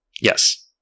Yes